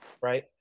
Right